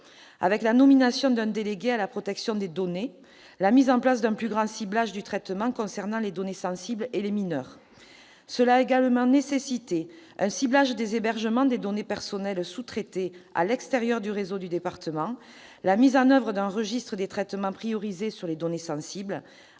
avec la nomination d'un délégué à la protection des données et la mise en place d'un meilleur ciblage du traitement concernant les données sensibles et les mineurs, a bouleversé les habitudes. Elle a également nécessité un ciblage des hébergements des données personnelles sous-traitées à l'extérieur du réseau du département, la mise en oeuvre d'un registre des traitements priorisé sur les données sensibles,